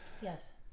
yes